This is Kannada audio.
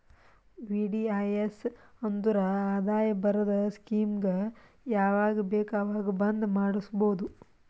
ವಿ.ಡಿ.ಐ.ಎಸ್ ಅಂದುರ್ ಆದಾಯ ಬರದ್ ಸ್ಕೀಮಗ ಯಾವಾಗ ಬೇಕ ಅವಾಗ್ ಬಂದ್ ಮಾಡುಸ್ಬೋದು